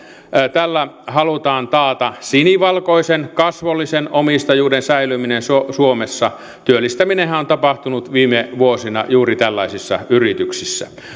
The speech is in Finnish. tällä halutaan taata sinivalkoisen kasvollisen omistajuuden säilyminen suomessa työllistäminenhän on on tapahtunut viime vuosina juuri tällaisissa yrityksissä